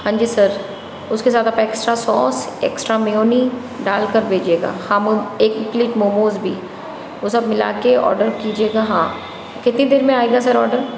हाँ जी सर उसके साथ आप एक्स्ट्रा सॉस एक्स्ट्रा मेयोनी डालकर भेजिएगा हाँ एक प्लेट मोमोज़ भी वो सब मिला के ऑर्डर कीजिएगा हाँ कितने देर में आएगा सर ऑर्डर